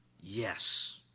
yes